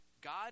God